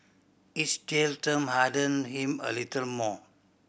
each jail term hardened him a little more